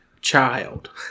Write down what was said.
child